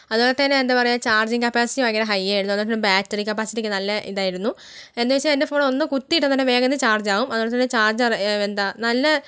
അതുപോലെത്തന്നെ എന്താ പറയാ ചാർജിങ്ങ് കപ്പാസിറ്റി ഭയങ്കര ഹൈയായിരുന്നു അതുപോലെ ബാക്റ്ററി കപ്പാസിറ്റിക്കെ നല്ല ഇതായിരുന്നു എന്താച്ചാ എൻ്റെ ഫോൺ ഒന്ന് കുത്തീട്ടാത്തന്നെ വേഗമൊന്ന് ചാർജ് ആകും അതുപോലെത്തന്നെ ചാർജറ് എന്താ നല്ല